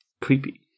creepy